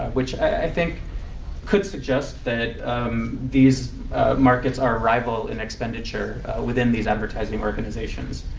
which i think could suggest that these markets are rival in expenditure within these advertising organizations.